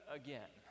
again